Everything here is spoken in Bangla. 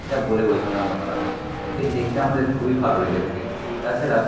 সেটা বলে বোঝানোর মত না সেটি দেখতে আমাদের খুবই ভালো লেগে থাকে তাছাড়া